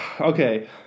Okay